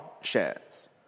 shares